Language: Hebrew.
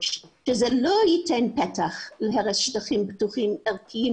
שזה לא ייתן פתח להרס שטחים פתוחים ערכיים